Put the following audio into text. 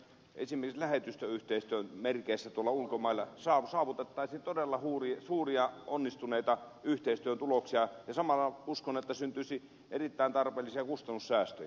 esimerkiksi lähetystöyhteistyön merkeissä tuolla ulkomailla saavutettaisiin todella suuria onnistuneita yhteistyön tuloksia ja samalla uskon että syntyisi erittäin tarpeellisia kustannussäästöjä